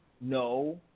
no